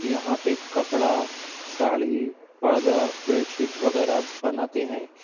یہاں پہ کپڑا ساڑی پردا بیڈ شیٹ وغیرہ بناتے ہیں